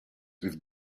with